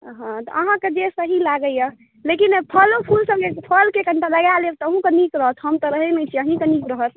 हॅं तऽ अहाँ के जे सही लागैया लेकिन फलो फूल के फल सब कनीटा मंगा लेब तऽ अहीं के नीक रहत हम तऽ रहै नहि छी अहींकेॅं नीक रहत